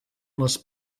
les